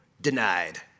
denied